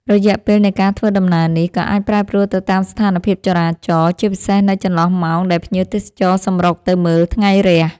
រយៈពេលនៃការធ្វើដំណើរនេះ ក៏អាចប្រែប្រួលទៅតាមស្ថានភាពចរាចរណ៍ ជាពិសេសនៅចន្លោះម៉ោងដែលភ្ញៀវទេសចរសម្រុកទៅមើលថ្ងៃរះ។